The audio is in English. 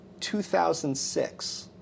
2006